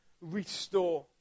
restore